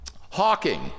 Hawking